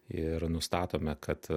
ir nustatome kad